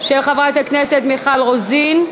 של חברת הכנסת מיכל רוזין.